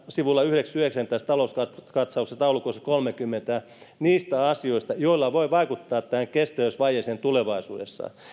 sivulla yhdeksänkymmentäyhdeksän tässä talouskatsauksen taulukossa kolmekymmentä aika pitkä lista niistä asioista joilla voi vaikuttaa tähän kestävyysvajeeseen tulevaisuudessa